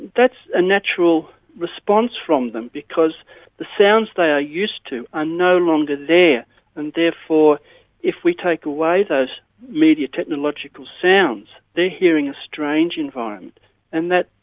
that's a natural response from them, because the sounds they are used to are ah no longer there and therefore if we take away those media technological sounds, they are hearing a strange environment and that,